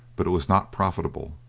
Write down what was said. but it was not profitable,